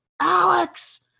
alex